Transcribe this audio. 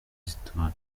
z’itora